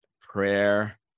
prayer